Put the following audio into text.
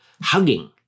Hugging